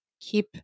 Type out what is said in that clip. keep